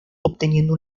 obteniendo